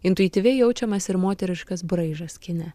intuityviai jaučiamas ir moteriškas braižas kine